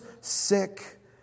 sick